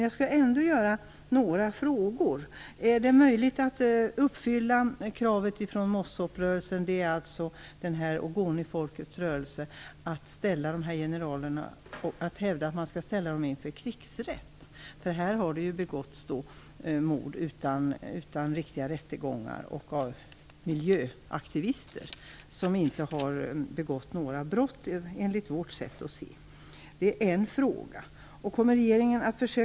Jag skall ändå ställa några frågor: Är det möjligt att uppfylla kravet från Ogonifolkets rörelse Mosop på att man skall ställa generalerna inför krigsrätt? Här har ju mord på miljöaktivister - som inte har begått några brott enligt vårt sett att se - begåtts utan att man har haft några riktiga rättegångar.